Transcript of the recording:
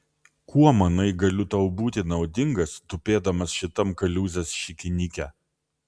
kuo manai galiu tau būti naudingas tupėdamas šitam kaliūzės šikinyke